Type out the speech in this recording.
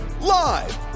live